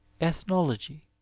ethnology